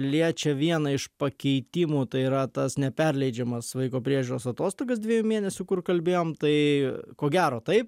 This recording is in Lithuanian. liečia vieną iš pakeitimų tai yra tas neperleidžiamas vaiko priežiūros atostogas dviejų mėnesių kur kalbėjom tai ko gero taip